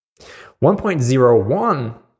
1.01